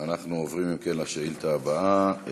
אם כן, אנחנו עוברים לשאילתה הבאה.